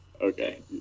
Okay